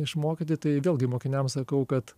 išmokyti tai vėlgi mokiniam sakau kad